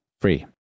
free